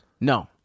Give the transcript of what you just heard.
No